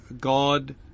God